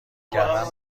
کردن